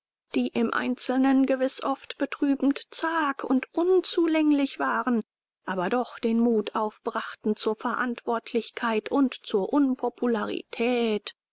die im einzelnen gewiß oft betrübend zag und unzulänglich waren aber doch den mut aufbrachten zur verantwortlichkeit und zur